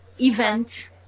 event